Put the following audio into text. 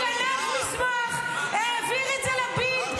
גנב מסמך, העביר את זה לבילד.